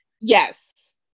yes